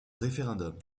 référendum